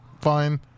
fine